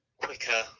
quicker